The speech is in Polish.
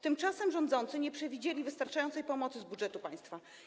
Tymczasem rządzący nie przewidzieli wystarczającej pomocy z budżetu państwa.